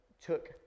took